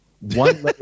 one